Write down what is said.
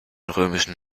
römischen